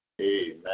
Amen